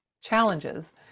challenges